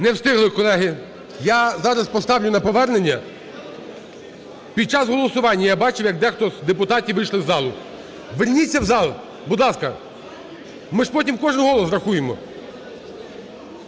Не встигли, колеги. Я зараз поставлю на повернення… під час голосування я бачив, як дехто з депутатів вийшов з залу. Верніться в зал, будь ласка, ми ж потім кожний голос рахуємо.